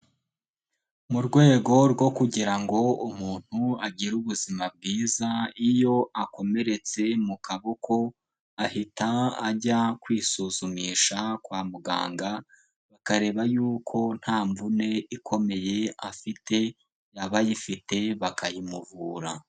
Mu rwego rwo kugira ngo umuntu agire ubuzima bwiza, iyo akomeretse mu kaboko ahita ajya kwisuzumisha kwa muganga; bakareba yuko nta mvune ikomeye afite, yaba ayifite bakayimuvura.